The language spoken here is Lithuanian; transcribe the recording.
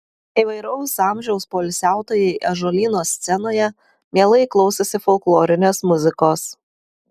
įvairaus amžiaus poilsiautojai ąžuolyno scenoje mielai klausėsi folklorinės muzikos